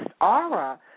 aura